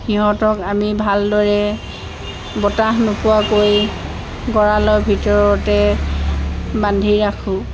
সিহঁতক আমি ভালদৰে বতাহ নোপোৱাকৈ গঁৰালৰ ভিতৰতে বান্ধি ৰাখোঁ